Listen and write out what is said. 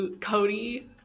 Cody